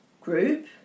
group